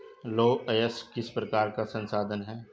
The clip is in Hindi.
लौह अयस्क किस प्रकार का संसाधन है?